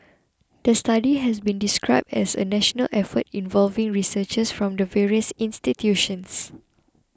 the study has been described as a national effort involving researchers from the various institutions